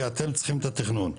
כי אתם צריכים את התכנון.